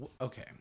okay